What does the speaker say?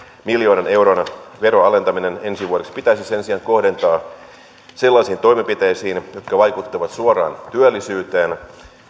miljoonan euron veroalentaminen ensi vuodeksi pitäisi sen sijaan kohdentaa sellaisiin toimenpiteisiin jotka vaikuttavat suoraan työllisyyteen